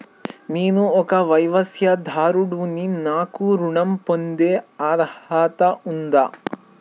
నేను ఒక వ్యవసాయదారుడిని నాకు ఋణం పొందే అర్హత ఉందా?